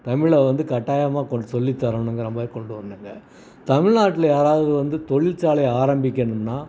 தமிழை வந்து கட்டாயமாக கொஞ்சம் சொல்லி தரணுங்கிற மாதிரி கொண்டு வரணுங்க தமிழ்நாட்ல யாராவது வந்து தொழிற்சாலை ஆரம்பிக்கணுன்னால்